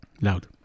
Loud